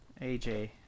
AJ